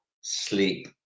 sleep